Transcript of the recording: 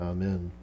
Amen